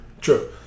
True